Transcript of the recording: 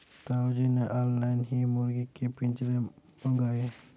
ताऊ जी ने ऑनलाइन ही मुर्गी के पिंजरे मंगाए